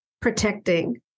protecting